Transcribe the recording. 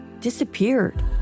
disappeared